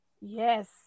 Yes